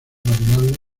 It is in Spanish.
variable